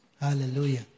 Hallelujah